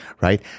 right